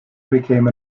became